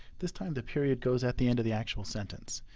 this time the period goes at the end of the actual sentence,